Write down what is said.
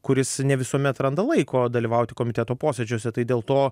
kuris ne visuomet randa laiko dalyvauti komiteto posėdžiuose tai dėl to